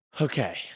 Okay